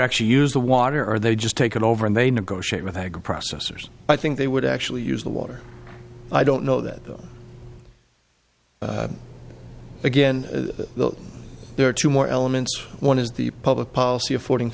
actually use the water or they just take it over and they negotiate with agriprocessors i think they would actually use the water i don't know that again there are two more elements one is the public policy affording